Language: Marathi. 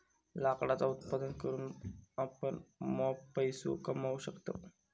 लाकडाचा उत्पादन करून आपण मॉप पैसो कमावू शकतव